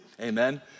Amen